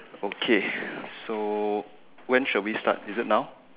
okay so when shall we start is it now